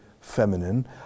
feminine